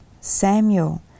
Samuel